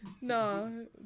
No